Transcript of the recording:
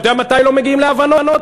אתה יודע מתי לא מגיעים להבנות?